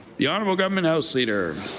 the honorable government house leader.